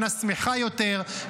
שנה שמחה יותר,